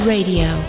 Radio